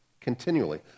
continually